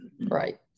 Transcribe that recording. right